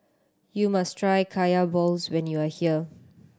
you must try Kaya balls when you are here